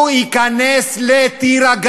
הוא ייכנס גם לטירה.